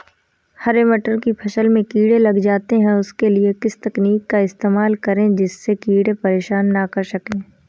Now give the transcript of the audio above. हरे मटर की फसल में कीड़े लग जाते हैं उसके लिए किस तकनीक का इस्तेमाल करें जिससे कीड़े परेशान ना कर सके?